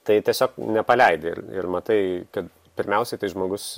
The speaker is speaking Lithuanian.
tai tiesiog nepaleidi ir ir matai kad pirmiausiai tai žmogus